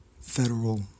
federal